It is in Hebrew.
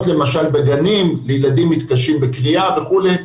למשל בגנים לילדים מתקשים בקריאה וכולי,